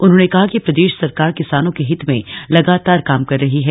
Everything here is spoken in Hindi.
उन्होंने कहा कि प्रदेश सरकार किसानों के हित में लगातार काम कर रही है